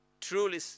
Truly